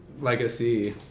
legacy